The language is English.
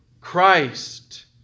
Christ